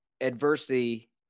adversity